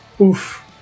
Oof